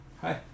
Hi